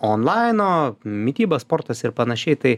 onlaino mityba sportas ir panašiai tai